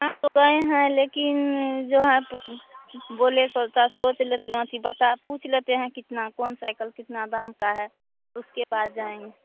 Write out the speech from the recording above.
आ तो गए हैं लेकिन जो है बोले सोचा सोच लेते फिर बता पूछ लेते हैं कितना कौन साइकिल कितना दाम का है उसके बाद जाएँगे